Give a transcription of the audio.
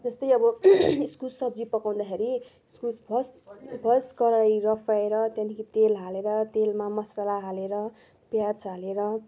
जस्तै अब इस्कुस सब्जी पकाउँदाखेरि इस्कुस फर्स्ट फर्स्ट कराही र राफिएर त्यहाँदेखि तेल हालेर तेलमा मसला हालेर प्याज हालेर